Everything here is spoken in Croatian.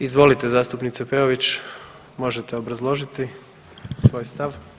Izvolite zastupnice Peović, možete obrazložiti svoj stav.